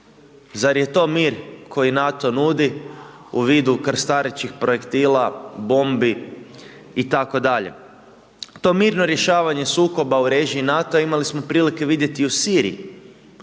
Zar je to mir koji NATO nudi u vidu krstarećih projektila, bombi itd.. To mirno rješavanje sukoba u režiji NATO-a imali smo prilike vidjeti i u Sriji.